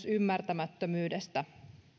ymmärtämättömyydestä